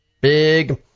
big